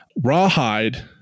rawhide